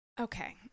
Okay